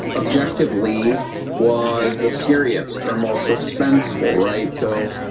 objectively was the scariest or most suspenseful, right? so